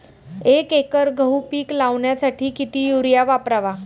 एक एकर गहू पीक लावण्यासाठी किती युरिया वापरावा?